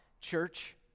church